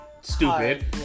stupid